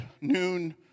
noon